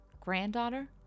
granddaughter